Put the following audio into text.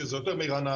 שזה יותר מרעננה,